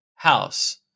house